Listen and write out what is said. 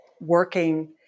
working